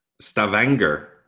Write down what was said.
Stavanger